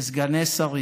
וסגני שרים?